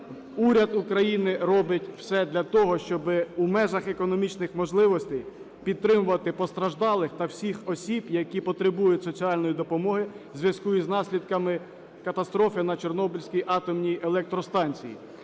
Уряд України робить все для того, щоб в межах економічних можливостей підтримувати постраждалих та всіх осіб, які потребують соціальної допомоги в зв'язку із наслідками катастрофи на Чорнобильській атомній електростанції.